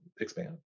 expand